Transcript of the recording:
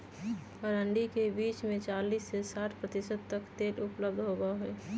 अरंडी के बीज में चालीस से साठ प्रतिशत तक तेल उपलब्ध होबा हई